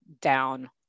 down